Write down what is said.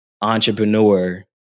entrepreneur